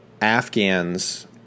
Afghans